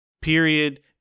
period